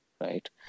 right